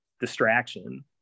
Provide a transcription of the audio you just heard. distraction